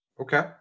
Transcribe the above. Okay